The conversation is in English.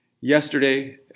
Yesterday